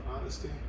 honesty